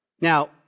Now